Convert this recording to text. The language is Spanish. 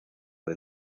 del